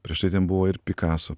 prieš tai ten buvo ir picasso